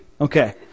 Okay